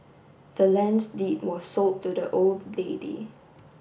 the land's deed was sold to the old lady